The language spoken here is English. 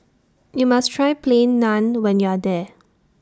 YOU must Try Plain Naan when YOU Are here